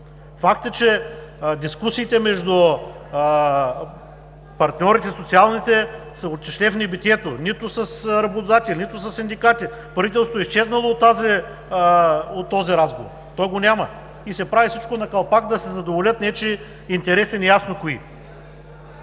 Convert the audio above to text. Факт е, че дискусиите между социалните партньори са отишли в небитието. Нито с работодателите, нито със синдикатите. Правителството е изчезнало от този разговор, то го няма. И се прави всичко на калпак, за да се задоволят нечии интереси, неясно кои.